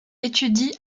étudie